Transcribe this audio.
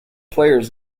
players